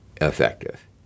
effective